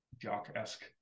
jock-esque